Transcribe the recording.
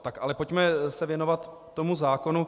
Tak ale pojďme se věnovat tomu zákonu.